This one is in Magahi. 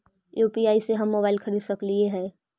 यु.पी.आई से हम मोबाईल खरिद सकलिऐ है